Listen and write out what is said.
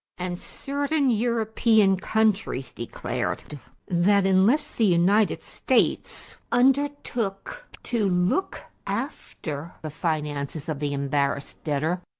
and certain european countries declared that, unless the united states undertook to look after the finances of the embarrassed debtor,